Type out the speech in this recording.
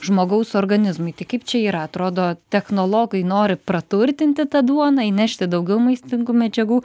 žmogaus organizmui tai kaip čia yra atrodo technologai nori praturtinti tą duoną įnešti daugiau maistingų medžiagų